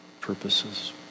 purposes